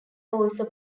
also